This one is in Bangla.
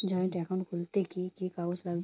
জয়েন্ট একাউন্ট খুলতে কি কি কাগজ লাগবে?